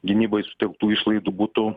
gynybai sutelktų išlaidų būtų